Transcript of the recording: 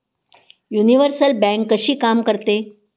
Universal bank कशी काम करते?